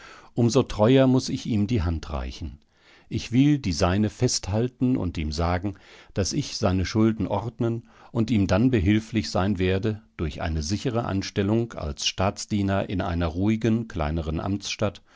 so treuer muß ich ihm die hand reichen ich will die seine festhalten und ihm sagen daß ich seine schulden ordnen und ihm dann behilflich sein werde durch eine sichere anstellung als staatsdiener in einer ruhigen kleineren amtsstadt